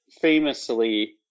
famously